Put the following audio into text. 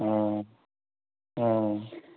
অঁ অঁ